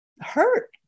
hurt